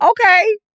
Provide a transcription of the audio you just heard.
Okay